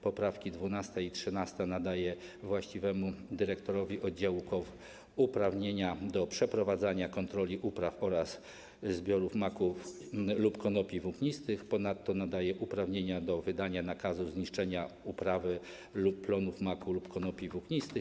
Poprawki 12. i 13. nadają właściwemu dyrektorowi oddziału KOWR uprawnienia do przeprowadzania kontroli upraw oraz zbiorów maku lub konopi włóknistych, ponadto nadają uprawnienia do wydania nakazu zniszczenia uprawy lub plonów maku lub konopi włóknistych.